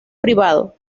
privado